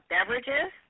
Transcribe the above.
Beverages